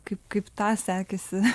kaip kaip tą sekėsi